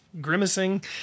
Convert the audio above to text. grimacing